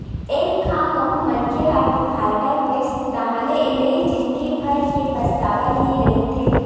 एक घांव कहूँ मनखे ह डिफाल्टर होइस ताहाँले ले जिंदगी भर के पछतावा ही रहिथे